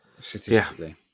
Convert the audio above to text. statistically